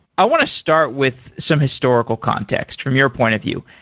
i want to start with some historical context from your point of view.